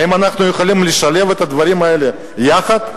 האם אנחנו יכולים לשלב את הדברים האלה יחד?